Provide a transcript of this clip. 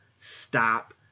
stop